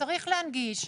צריך להנגיש.